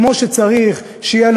כמו שצריך,